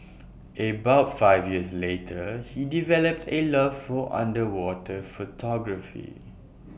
about five years later he developed A love for underwater photography